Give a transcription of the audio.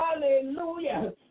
Hallelujah